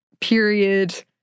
period